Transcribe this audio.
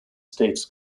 states